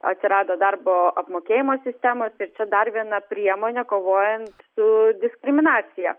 atsirado darbo apmokėjimo sistemos ir dar viena priemonė kovojan su diskriminacija